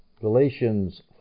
Galatians